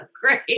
great